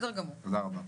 בסדר גמור.